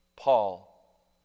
Paul